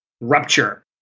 rupture